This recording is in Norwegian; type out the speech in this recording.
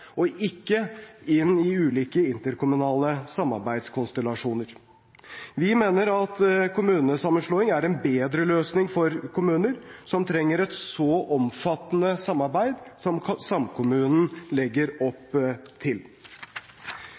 og ikke inn i ulike interkommunale samarbeidskonstellasjoner. Vi mener at kommunesammenslåing er en bedre løsning for kommuner som trenger et så omfattende samarbeid som samkommunen legger opp til.